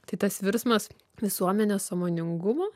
tai tas virsmas visuomenės sąmoningumo